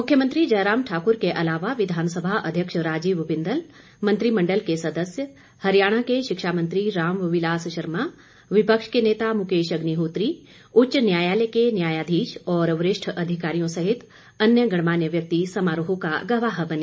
मुख्यमंत्री जयराम ठाकुर के अलावा विधानसभा अध्यक्ष राजीव बिंदल मंत्रिमण्डल के सदस्य हरियाणा के शिक्षा मंत्री राम विलास शर्मा विपक्ष के नेता मुकेश अग्निहोत्री उच्च न्यायालय के न्यायाधीश और वरिष्ठ अधिकारियों सहित अन्य गणमान्य व्यक्ति समारोह का गवाह बने